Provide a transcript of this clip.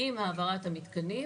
עם העברת המתקנים,